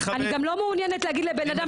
אני גם לא מעוניינת להגיד לבן אדם,